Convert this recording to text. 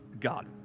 God